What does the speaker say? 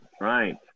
Right